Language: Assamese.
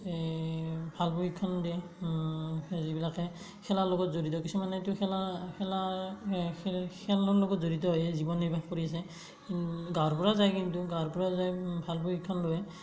ভাল প্ৰশিক্ষণ দিয়ে যিবিলাকে খেলাৰ লগত জড়িত কিছুমানেতো খেলা খেলা খেল খেলৰ লগত জড়িত হৈয়ে জীৱন নিৰ্বাহ কৰি আছে গাঁৱৰ পৰাও যায় কিন্তু গাঁৱৰ পৰাও যায় ভাল প্ৰশিক্ষণ লয়